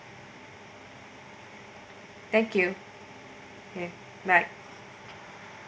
thank you bye